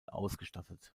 ausgestattet